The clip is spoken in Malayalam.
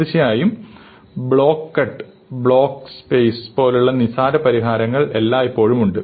തീർച്ചയായും ബ്ലോക്ക് കട്ട് ബ്ലോക്ക് സ്പേസ് പോലുള്ള നിസ്സാര പരിഹാരം എല്ലായ്പ്പോഴും ഉണ്ട്